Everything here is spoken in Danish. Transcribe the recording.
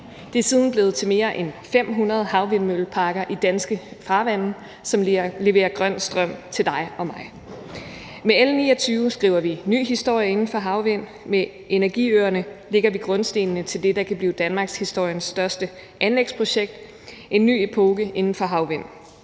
Det er siden blevet til mere end 500 havvindmølleparker i danske farvande, som leverer grøn strøm til dig og mig. Med L 29 skriver vi ny historie inden for havvind. Med energiøerne lægger vi grundstenene til det, der kan blive danmarkshistoriens største anlægsprojekt – en ny epoke inden for havvind.